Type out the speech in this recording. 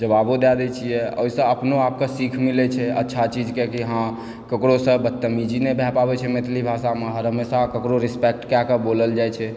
जबाबो दए दै छियै ओहिसँ अपनो आपके सीख मिलै छै अच्छा चीजके कि हँ केकरोसँ बदतमीजी नहि भए पाबै छै मैथिली भाषामे हमेशा ककरो रेस्पेक्ट कए कऽ बोलल जाइत छै